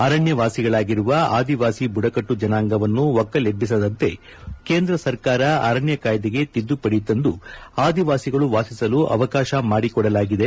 ಅರಣ್ಣವಾಸಿಗಳಾಗಿರುವ ಆದಿವಾಸಿ ಬುಡಕಟ್ಟು ಜನಾಂಗವನ್ನು ಒಕ್ಕಲೆಬ್ಲಿಸದಂತೆ ಕೇಂದ್ರ ಸರ್ಕಾರ ಅರಣ್ಣ ಕಾಯಿದೆಗೆ ತಿದ್ದುಪಡಿ ತಂದು ಆದಿವಾಸಿಗಳು ವಾಸಿಸಲು ಅವಕಾಶ ಕಲ್ಲಿಸಲಾಗಿದೆ